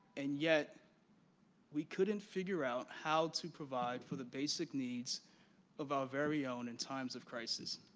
and yet we couldn't figure out how to provide for the basic needs of our very own in times of crisis.